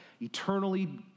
eternally